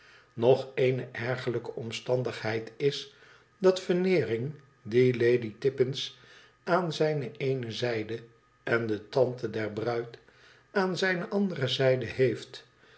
nog eene ergerlijke omstandigheid is dat veneering die ladytippins aan zijne ééne zijde en de tante der bruid aan zijne andere zijde heeft